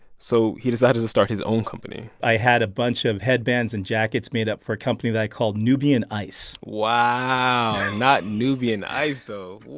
so he decided to start his own company i had a bunch of headbands and jackets made up for a company that i called nubian ice wow. not nubian ice, though. what?